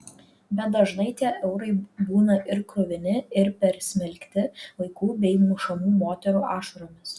bet dažnai tie eurai būna ir kruvini ir persmelkti vaikų bei mušamų moterų ašaromis